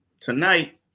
Tonight